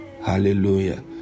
Hallelujah